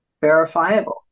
verifiable